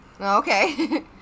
Okay